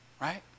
Right